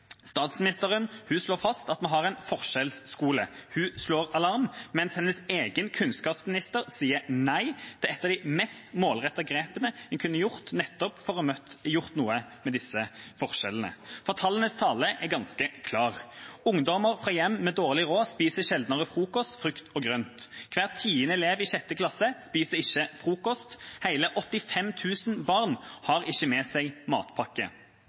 Statsministeren slår fast at vi har en forskjellsskole. Hun slår alarm, mens hennes egen kunnskapsminister sier nei til et av de mest målrettede grepene en kunne tatt nettopp for å få gjort noe med disse forskjellene. Tallenes tale er ganske klar: Ungdommer fra hjem med dårlig råd spiser sjeldnere frokost, frukt og grønt. Hver tiende elev i 6. klasse spiser ikke frokost. Hele 85 000 barn har ikke med seg matpakke.